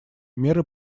меры